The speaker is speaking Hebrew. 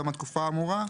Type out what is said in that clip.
בתום התקופה האמורה,